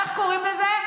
איך קוראים לזה?